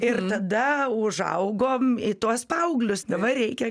ir tada užaugom į tuos paauglius dabar reikia